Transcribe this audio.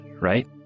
right